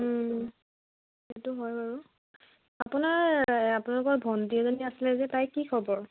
সেইটো হয় বাৰু আপোনাৰ আপোনালোকৰ ভণ্টী এজনী আছিলে যে তাইৰ কি খবৰ